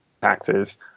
taxes